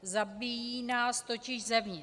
Zabíjí nás totiž zevnitř.